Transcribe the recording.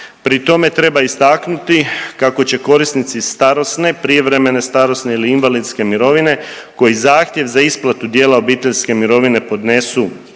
Pri tome treba istaknuti kako će korisnici starosne, prijevremene starosne ili invalidske mirovine koji zahtjev za isplatu dijela obiteljske mirovine podnesu